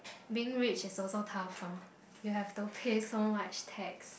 being rich is also tough !huh! you have to pay so much tax